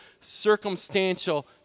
circumstantial